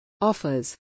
Offers